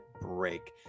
break